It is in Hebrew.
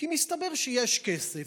כי מסתבר שיש כסף,